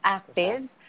actives